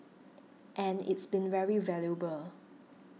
and it's been very valuable